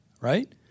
Right